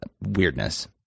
weirdness